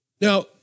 Now